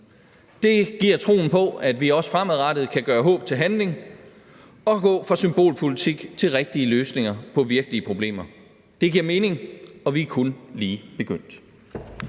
Det giver troen på, at vi også fremadrettet kan gøre håb til handling og gå fra symbolpolitik til rigtige løsninger på virkelige problemer. Det giver mening, og vi er kun lige begyndt.